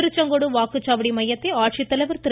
திருச்செங்கோடு வாக்குச்சாவடி மையத்தை ஆட்சித்தலைவர் திரு